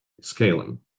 scaling